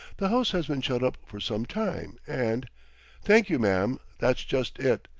the house has been shut up for some time and thank you, ma'am that's just it.